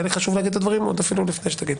היה לי חשוב לומר את הדברים האלה אפילו לפני שאתה מדבר.